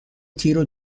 تیرو